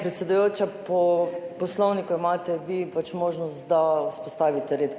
Predsedujoča, po Poslovniku imate vi pač možnost, da vzpostavite red.